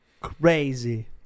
Crazy